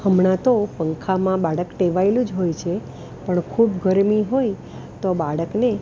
હમણાં તો પંખામાં બાળક ટેવાએલું જ હોય છે પણ ખૂબ ગરમી હોય તો બાળકને